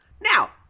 now